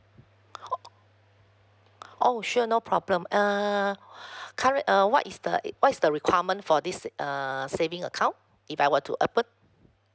oh oh sure no problem err current uh what is the e~ what is the requirement for this err saving account if I were to open